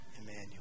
Emmanuel